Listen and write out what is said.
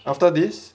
after this